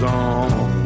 on